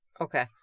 Okay